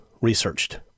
researched